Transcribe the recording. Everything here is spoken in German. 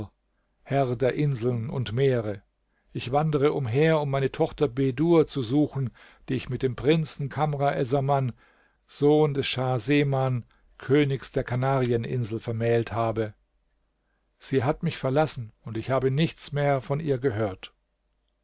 herr der inseln und meere ich wandere umher meine tochter bedur zu suchen die ich mit dem prinzen kamr essaman sohn des schah gema königs der kanarieninsel vermählt habe sie hat mich verlassen und ich habe nichts mehr von ihr gehört